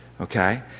Okay